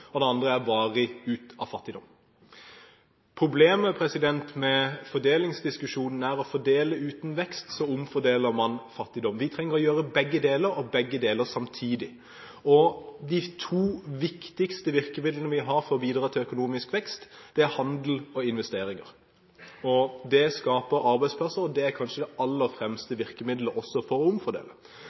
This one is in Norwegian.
og det andre er varig ut av fattigdom. Problemet med fordelingsdiskusjonen er at ved å fordele uten vekst omfordeler man fattigdom. Vi trenger begge deler, og begge deler samtidig. De to viktigste virkemidlene vi har for å bidra til økonomisk vekst, er handel og investeringer. Det skaper arbeidsplasser, og det er kanskje det aller fremste virkemiddelet også for å omfordele.